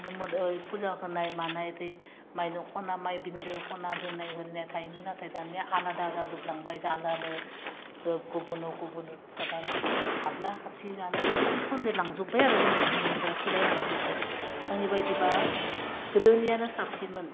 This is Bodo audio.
मोदै फुजा होनाय मानाय इदि माइरं खना माइ बिन्दो खना दोन्नाय इरिनाय थायोमोन नाथाय दानिया आलादा जाजोबलांबाय जालानो ओह गुबुन्नाव गुबुन जानानैथ' हाब्ला हाबसि जानाय बेबादि सन्देरलांजोब्बाय आरो जोंनि दिननिफ्रा सोलाय लांजोब्बाय आंनि बायदिबा गोदोनियानो साबसिनमोन